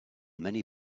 many